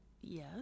Yes